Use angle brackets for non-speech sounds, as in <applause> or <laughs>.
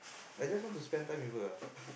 I just want to spend time with her ah <laughs>